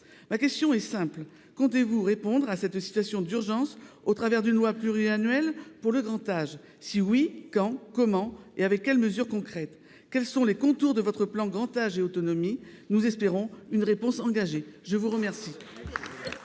la ministre, comptez vous répondre à cette situation d’urgence au travers d’une loi pluriannuelle pour le grand âge ? Si oui, quand, comment et avec quelles mesures concrètes ? Quels sont les contours de votre plan Grand Âge et autonomie ? Nous espérons une réponse engagée. La parole